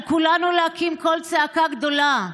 על כולנו להקים קול צעקה גדולה.